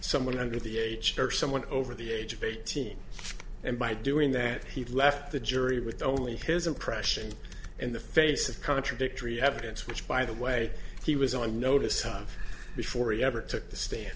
someone under the age of someone over the age of eighteen and by doing that he left the jury with only his impressions in the face of contradictory evidence which by the way he was on notice of before he ever took the stand